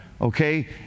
Okay